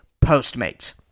Postmates